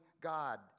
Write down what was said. God